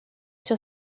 sur